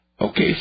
Okay